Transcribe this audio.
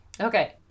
Okay